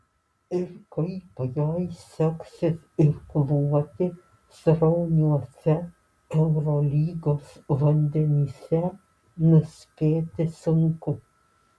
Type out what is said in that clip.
ir kaip jai seksis irkluoti srauniuose eurolygos vandenyse nuspėti sunku